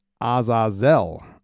Azazel